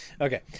okay